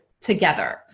together